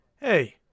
hey